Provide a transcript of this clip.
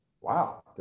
wow